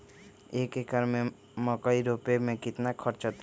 एक एकर में मकई रोपे में कितना खर्च अतै?